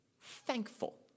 thankful